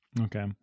Okay